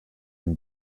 den